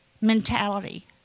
mentality